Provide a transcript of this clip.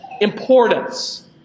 importance